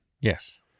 Yes